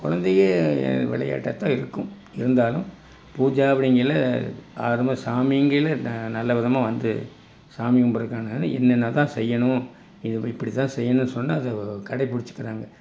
கொழந்தைகள் விளையாட்டாகதான் இருக்கும் இருந்தாலும் பூஜை அப்படிங்கைல ஆரம்ப சாமிங்கல ந நல்லவிதமாக வந்து சாமி கும்பிட்றதுக்கான என்னென்னதான் செய்யணும் இதை இப்படிதான் செய்யணும்னு சொன்னால் அதை கடைபிடிச்சிக்கிறாங்க